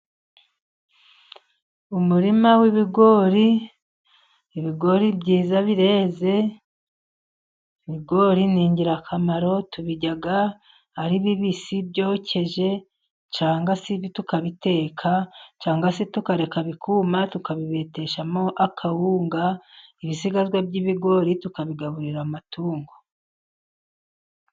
Umurima w'ibigori, ibigori byiza bireze, ibigori ni ingirakamaro tubirya ari bibisi byokeje cyangwa se tukabiteka, cyangwa se tukabireka bikuma tukabibeteshamo akawunga, ibisigazwa by'ibigori tukabigaburira amatungo.